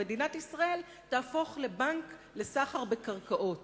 ומדינת ישראל תהפוך לבנק לסחר בקרקעות.